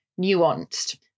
nuanced